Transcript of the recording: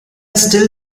still